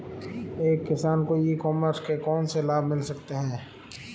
एक किसान को ई कॉमर्स के कौनसे लाभ मिल सकते हैं?